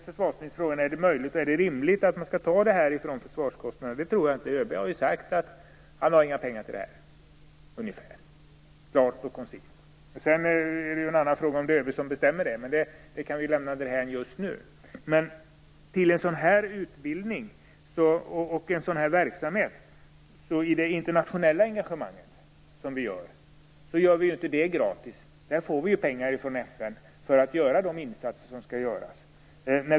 Försvarsministern ställer frågan om det är rimligt att man skall lägga det här till försvarskostnaderna. Det tror jag inte. ÖB har sagt att han inte har några pengar till detta, klart och koncist. Sedan är det ju en annan fråga om det är ÖB som bestämmer om det här, men den frågan kan vi lämna därhän just nu. En sådan här utbildning och en sådan här verksamhet när det gäller vårt internationella engagemang är ju inte gratis. Vi får ju pengar från FN för att göra de insatser som skall göras.